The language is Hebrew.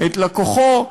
את לקוחו,